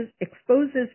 exposes